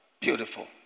Beautiful